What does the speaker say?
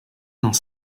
dans